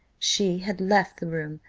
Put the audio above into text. she had left the room,